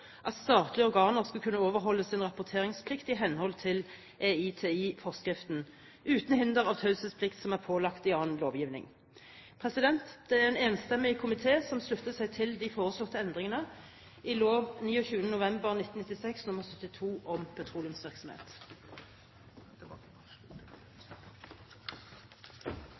at statlige organer skal kunne overholde sin rapporteringsplikt i henhold til EITI-forskriften uten hinder av taushetsplikt som er pålagt i annen lovgivning. Det er en enstemmig komité som slutter seg til de foreslåtte endringer i lov 29. november 1996 nr. 72 om petroleumsvirksomhet.